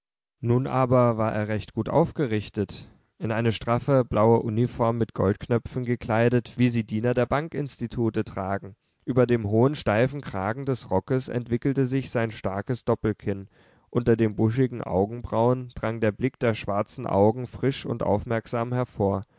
nun aber war er recht gut aufgerichtet in eine straffe blaue uniform mit goldknöpfen gekleidet wie sie diener der bankinstitute tragen über dem hohen steifen kragen des rockes entwickelte sich sein starkes doppelkinn unter den buschigen augenbrauen drang der blick der schwarzen augen frisch und aufmerksam hervor